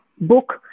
book